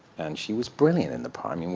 and she was brilliant in the part. i mean,